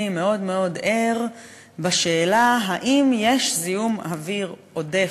מאוד מאוד ער בשאלה האם יש זיהום אוויר עודף,